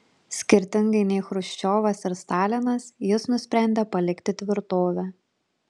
skirtingai nei chruščiovas ir stalinas jis nusprendė palikti tvirtovę